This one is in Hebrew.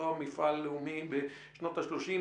לאותו מפעל לאומי בשנות ה-30'.